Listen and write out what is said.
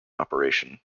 operation